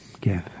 give